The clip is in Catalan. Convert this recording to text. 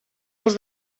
els